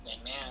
Amen